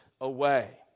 away